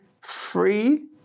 free